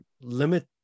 limit